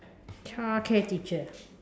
childcare teacher